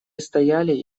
стояли